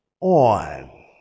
on